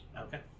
Okay